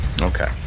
Okay